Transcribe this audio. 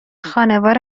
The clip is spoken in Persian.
خانوار